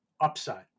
upside